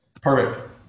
Perfect